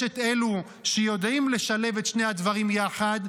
יש את אלו שיודעים לשלב את שני הדברים יחד,